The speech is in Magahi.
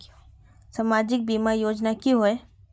सामाजिक बीमा योजना की होय?